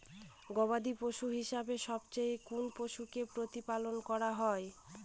গবাদী পশু হিসেবে সবচেয়ে কোন পশুকে প্রতিপালন করা হয়?